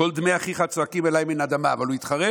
"קול דמי אחיך צעקים אלי מן האדמה" אבל הוא התחרט.